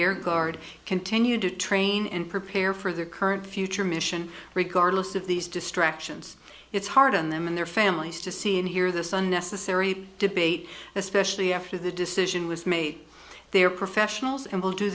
air guard continue to train and prepare for their current future mission regardless of these distractions it's hard on them and their families to see and hear this unnecessary debate especially after the decision was made they are professionals and will do